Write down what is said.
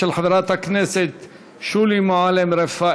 של חברת הכנסת שולי מועלם-רפאלי,